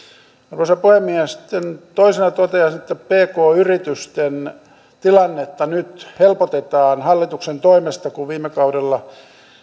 arvoisa puhemies toisena toteaisin että pk yritysten tilannetta nyt helpotetaan hallituksen toimesta kun viime kaudella